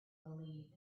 believe